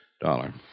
Dollar